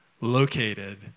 located